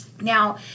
Now